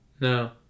No